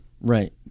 Right